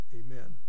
amen